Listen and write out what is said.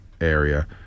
area